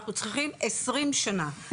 אנחנו צריכים עשרים שנה,